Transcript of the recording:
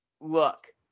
look